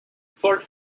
for